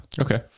Okay